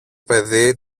παιδί